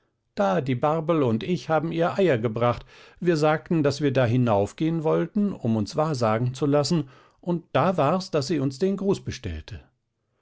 da die barbel und ich haben ihr eier gebracht wir sagten daß wir da hinaufgehen wollten um uns wahrsagen zu lassen und da war's daß sie uns den gruß bestellte